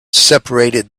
separated